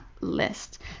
list